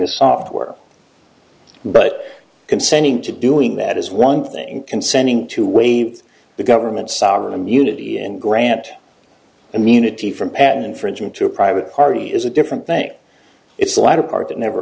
this software but consenting to doing that is one thing consenting to waive the government sovereign immunity and grant immunity from patent infringement to a private party is a different thing it's the latter part that never